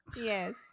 Yes